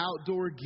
outdoor